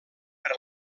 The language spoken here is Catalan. per